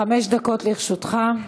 חמש דקות לרשותך.